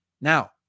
Now